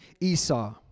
Esau